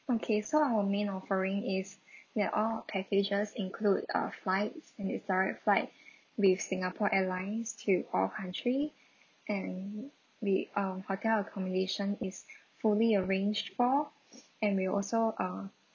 okay so our main offering is there are packages include uh flights and it's direct flight with singapore airlines to all country and we um hotel and accommodation is fully arranged for and we also uh